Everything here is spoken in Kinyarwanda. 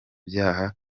byaha